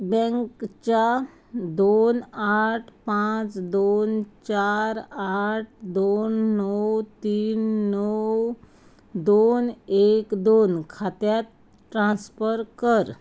बॅंकेच्या दोन आठ पांच दोन चार आठ दोन णव तीन णव दोन एक दोन खात्यांत ट्रान्स्फर कर